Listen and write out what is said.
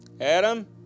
Adam